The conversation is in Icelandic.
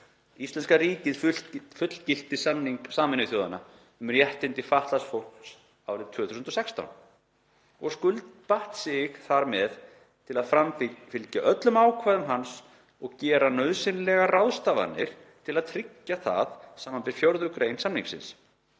Íslenska ríkið fullgilti samning SÞ um réttindi fatlaðs fólks árið 2016 og skuldbatt sig þar með til að framfylgja öllum ákvæðum hans og gera nauðsynlegar ráðstafanir til að tryggja það, sbr. 4. gr. samningsins.